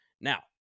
Now